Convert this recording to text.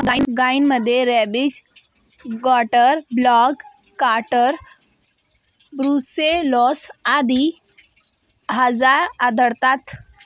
गायींमध्ये rabies, goitre, black quarter, brucellosis आदी आजार आढळतात